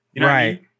Right